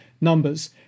numbers